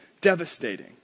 devastating